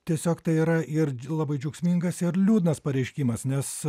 tiesiog tai yra ir labai džiaugsmingas ir liūdnas pareiškimas nes